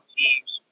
teams